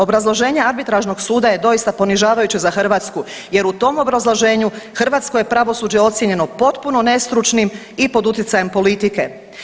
Obrazloženje Arbitražnog suda je doista ponižavajuće za Hrvatsku, jer u tom obrazloženju Hrvatsko je pravosuđe ocijenjeno potpuno nestručnim i pod utjecajem politike.